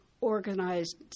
organized